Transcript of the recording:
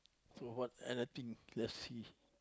so what other thing let's see